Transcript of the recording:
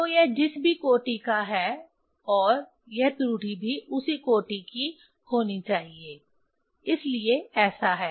तो यह जिस भी कोटि का है और यह त्रुटि भी उसी कोटि की होनी चाहिए इसीलिए ऐसा है